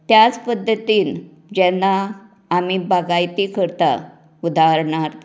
त्याच पद्दतीन जेन्ना आमी बागायती करतात उदाहरणार्थ